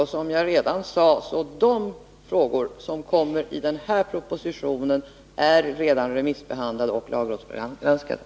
Och som jag redan sade: de frågor som kommer i den här propositionen är redan remissbehandlade och lagrådsgranskade.